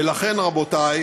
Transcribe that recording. ולכן, רבותי,